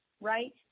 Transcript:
right